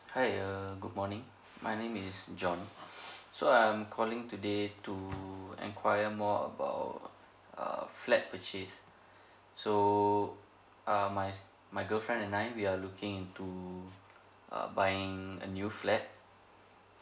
hi err good morning my name is john so I'm calling today to enquire more about err flat purchase so uh my my girlfriend and I we are looking into uh buying a new flat